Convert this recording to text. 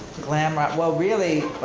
glam rock, well really,